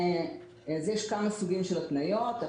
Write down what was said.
יש כמה סוגים של התניות.